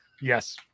Yes